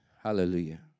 Hallelujah